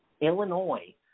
Illinois